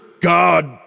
God